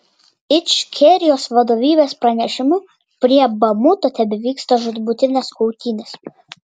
ičkerijos vadovybės pranešimu prie bamuto tebevyksta žūtbūtinės kautynės